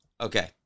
Okay